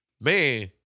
man